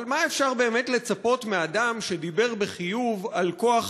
אבל מה אפשר באמת לצפות מאדם שדיבר בחיוב על כוח